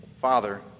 Father